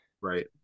Right